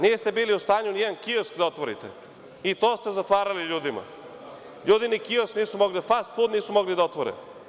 Niste bili u stanju nijedan kiosk da otvorite i to ste zatvarali ljudima, ljudi ni kiosk nisu mogli da otvore, ni fast-fud nisu mogli da otvore.